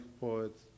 poet